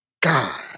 God